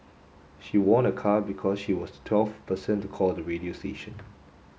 she won a car because she was the twelfth person to call the radio station